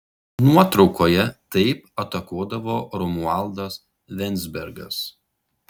nuotraukoje taip atakuodavo romualdas venzbergas